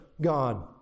God